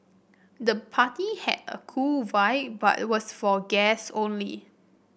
the party had a cool vibe but was for guest only